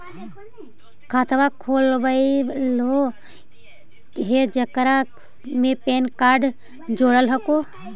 खातवा खोलवैलहो हे जेकरा मे पैन कार्ड जोड़ल हको?